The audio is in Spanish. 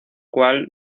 cual